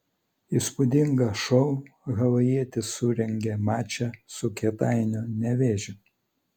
įspūdingą šou havajietis surengė mače su kėdainių nevėžiu